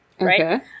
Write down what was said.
right